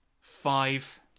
Five